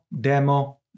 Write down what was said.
demo